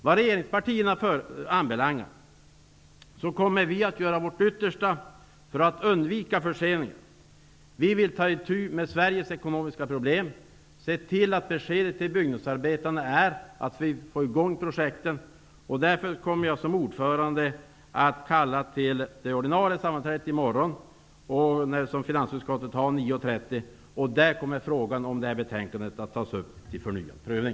Vi i regeringspartierna kommer att göra vårt yttersta för att undvika förseningar. Vi vill ta itu med Sveriges ekonomiska problem. Vi vill se till att beskedet till byggnadsarbetarna är att projekten skall komma i gång. Därför kommer jag som ordförande i finansutskottet att kalla till ordinarie sammanträde i morgon kl. 9.30. Då kommer betänkandet att tas upp till förnyad prövning.